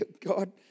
God